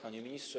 Panie Ministrze!